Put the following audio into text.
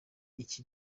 iki